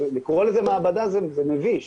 לקרוא לזה מעבדה זה מביש,